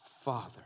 Father